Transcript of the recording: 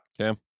okay